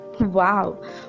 Wow